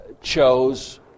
Chose